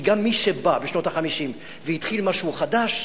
כי גם מי שבא בשנות ה-50 והתחיל משהו חדש,